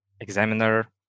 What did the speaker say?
examiner